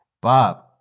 Bob